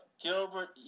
Gilbert